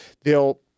They'll-